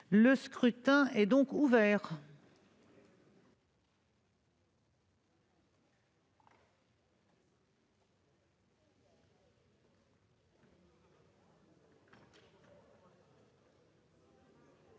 Le scrutin est ouvert.